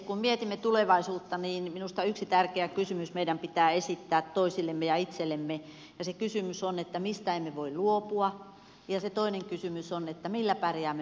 kun mietimme tulevaisuutta minusta yksi tärkeä kysymys meidän pitää esittää toisillemme ja itsellemme ja se kysymys on se että mistä emme voi luopua ja se toinen kysymys on se että millä pärjäämme maailmalla